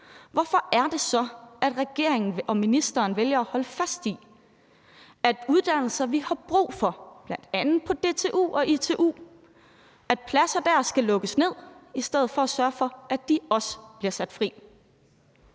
hvorfor er det så, at regeringen og ministeren vælger at holde fast i, at pladser på uddannelser, vi har brug for, bl.a. på DTU og ITU, skal lukkes ned, i stedet for at sørge for, at de også bliver sat fri?